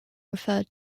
referred